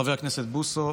חבר הכנסת בוסו.